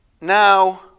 Now